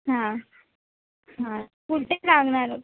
हां हां पुढेच लागणार